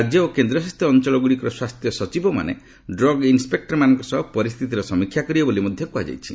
ରାଜ୍ୟ ଓ କେନ୍ଦ୍ରଶାସିତ ଅଞ୍ଚଳ ଗୁଡ଼ିକର ସ୍ୱାସ୍ଥ୍ୟ ସଚିବ ମାନେ ଡ୍ରଗ୍ ଇନ୍ନପେକୁରମାନଙ୍କ ସହ ପରିସ୍ଥିତିର ସମୀକ୍ଷା କରିବେ ବୋଲି ମଧ୍ୟ କୁହାଯାଇଛି